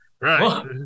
Right